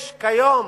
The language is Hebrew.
יש כיום